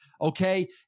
Okay